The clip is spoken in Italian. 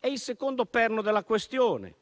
Il secondo perno della questione